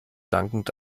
dankend